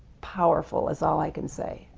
powerful, is all i can say.